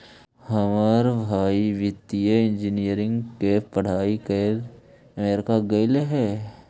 हमर भाई वित्तीय इंजीनियरिंग के पढ़ाई करे अमेरिका गेले हइ